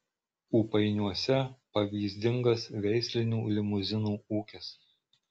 ūpainiuose pavyzdingas veislinių limuzinų ūkis